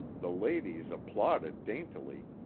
the ladies applauded daintily,